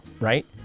right